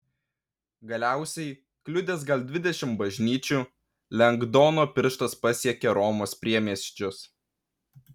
galiausiai kliudęs gal dvidešimt bažnyčių lengdono pirštas pasiekė romos priemiesčius